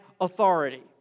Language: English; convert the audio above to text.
authority